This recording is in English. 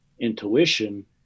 intuition